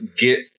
get